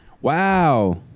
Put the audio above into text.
Wow